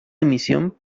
emisión